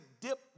dip